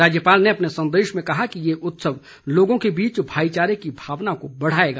राज्यपाल ने अपने संदेश में कहा है कि ये उत्सव लोगों के बीच भाईचारे की भावना को बढ़ाएगा